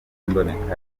imbonekarimwe